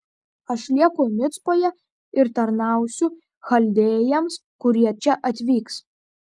aš lieku micpoje ir tarnausiu chaldėjams kurie čia atvyks